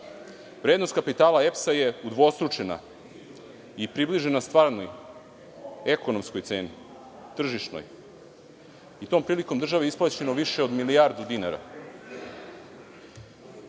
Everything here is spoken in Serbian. vrednost kapitala EPS-a je udvostručena i približena stvarnoj, ekonomskoj i tržišnoj ceni. Tom prilikom je državi isplaćeno više od milijardu dinara